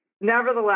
Nevertheless